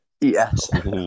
yes